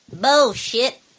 Bullshit